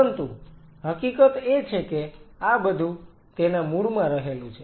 પરંતુ હકીકત એ છે કે આ બધું તેના મૂળમાં રહેલું છે